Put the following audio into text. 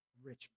Richmond